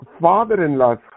father-in-law's